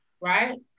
right